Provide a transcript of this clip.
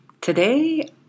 Today